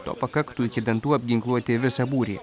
to pakaktų iki dantų apginkluoti visą būrį